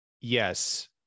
yes